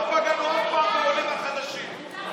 לא פגענו אף פעם בעולים החדשים.